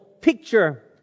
picture